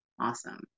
Awesome